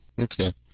Okay